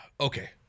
okay